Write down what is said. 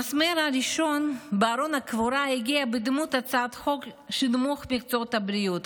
המסמר הראשון בארון הקבורה הגיע בדמות הצעת חוק שנמוך מקצועות הבריאות,